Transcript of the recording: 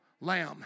lamb